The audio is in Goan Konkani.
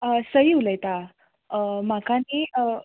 हय सई उलयतां म्हाका न्ही